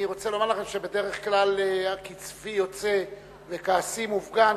אני רוצה לומר לכם שקצפי יוצא וכעסי מופגן